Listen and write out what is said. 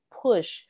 push